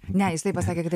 ne jisai pasakė kad